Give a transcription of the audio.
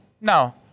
no